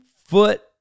foot